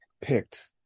picked